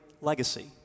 legacy